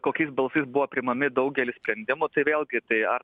kokiais balsais buvo priimami daugelis sprendimų tai vėlgi tai ar